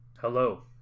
Hello